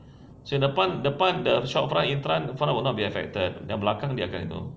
depan depan the shop front front would not be affected yang belakang dia akan itu